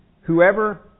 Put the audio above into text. Whoever